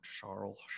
Charles